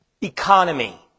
economy